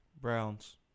Browns